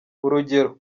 urugero